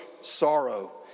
sorrow